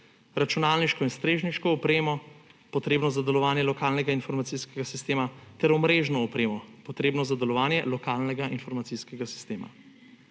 računalniško in strežniško opremo, potrebno za delovanje lokalnega informacijskega sistema, ter omrežno opremo, potrebno za delovanje lokalnega informacijskega sistema.